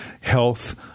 health